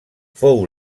fou